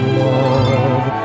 love